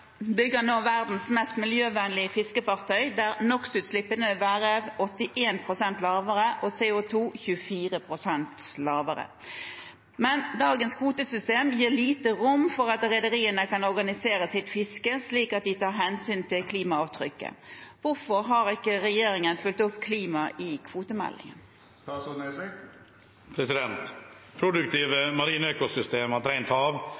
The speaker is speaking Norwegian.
nå verdens mest miljøvennlige fiskefartøy, der NO X -utslippene vil være 81 pst. lavere og CO 2 24 pst. lavere. Men dagens kvotesystem gir lite rom for at rederiene kan organisere sitt fiske slik at de tar hensyn til klimaavtrykket. Hvorfor har ikke regjeringen fulgt opp klima i kvotemeldingen?» Produktive marine økosystemer og et rent hav